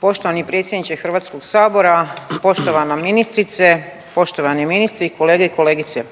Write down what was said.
Poštovani predsjedniče Hrvatskog sabora, poštovana ministrice, poštovani ministri, kolege i kolegice,